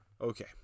Okay